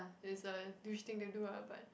is a douche thing to do ah but